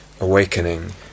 awakening